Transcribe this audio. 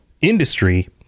industry